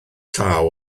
llaw